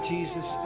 Jesus